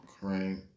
right